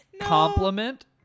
compliment